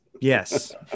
Yes